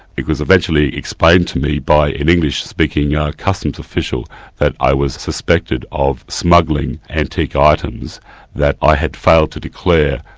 it was eventually explained to me by an english-speaking ah customs official that i was suspected of smuggling antique items that i had failed to declare,